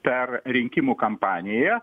per rinkimų kampaniją